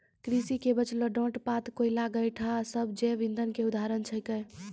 कृषि के बचलो डांट पात, कोयला, गोयठा सब जैव इंधन के उदाहरण छेकै